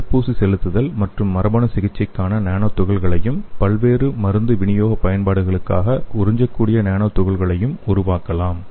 தடுப்பூசி செலுத்துதல் மற்றும் மரபணு சிகிச்சைக்கான நானோ துகள்களையும் பல்வேறு மருந்து விநியோக பயன்பாடுகளுக்காக உறிஞ்சக்கூடிய நானோ துகள்களையும் உருவாக்கலாம்